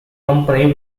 company